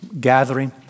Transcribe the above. gathering